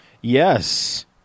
yes